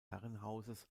herrenhauses